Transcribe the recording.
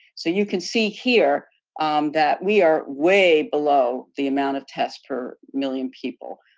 so, you can see here that we are way below the amount of test per million people.